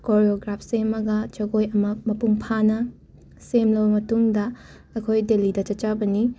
choreograph ꯁꯦꯝꯃꯒ ꯖꯒꯣꯏ ꯑꯃ ꯃꯄꯨꯡ ꯐꯥꯅ ꯁꯦꯝꯂꯕ ꯃꯇꯨꯡꯗ ꯑꯩꯈꯣꯏ ꯗꯦꯂꯤꯗ ꯆꯠꯆꯕꯅꯤ